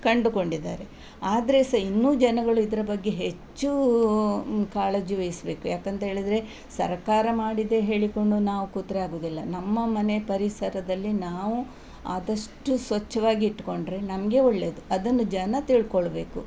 ಕಂಡುಕೊಂಡಿದ್ದಾರೆ ಆದರೆ ಸಹ ಇನ್ನೂ ಜನಗಳು ಇದರ ಬಗ್ಗೆ ಹೆಚ್ಚು ಕಾಳಜಿ ವಹಿಸ್ಬೇಕು ಯಾಕೆಂತೇಳಿದ್ರೆ ಸರಕಾರ ಮಾಡಿದೆ ಹೇಳಿಕೊಂಡು ನಾವು ಕೂತರೆ ಆಗೋದಿಲ್ಲ ನಮ್ಮ ಮನೆ ಪರಿಸರದಲ್ಲಿ ನಾವು ಆದಷ್ಟು ಸ್ವಚ್ಛವಾಗಿ ಇಟ್ಟುಕೊಂಡ್ರೆ ನಮಗೇ ಒಳ್ಳೆಯದು ಅದನ್ನು ಜನ ತಿಳಕೊಳ್ಬೇಕು